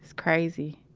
crazy.